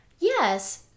yes